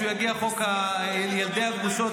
כשיגיע חוק ילדי הגרושות,